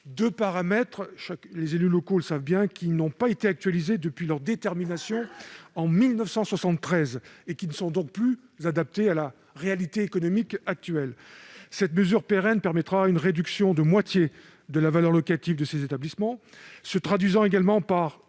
deux paramètres- les élus locaux le savent bien -qui n'ont pas été actualisés depuis leur détermination, en 1973, et qui ne sont plus adaptés à la réalité économique actuelle. Cette mesure pérenne permettra une réduction de moitié de la valeur locative de ces établissements, se traduisant également par